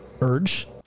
urge